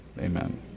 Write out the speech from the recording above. amen